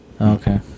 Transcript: okay